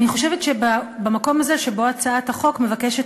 אני חושבת שבמקום הזה שבו הצעת החוק מבקשת